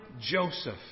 Joseph